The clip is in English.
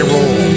Roll